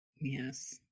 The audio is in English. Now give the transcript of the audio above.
Yes